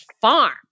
farm